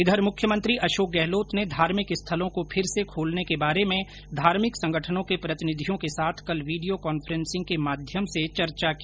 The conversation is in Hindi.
इधर मुख्यमंत्री अशोक गहलोत ने धार्मिक स्थलों को फिर से खोलने के बारे में धार्मिक संगठनों के प्रतिनिधियों के साथ कल वीडियो कांफेंन्सिंग के मध्यम से चर्चा की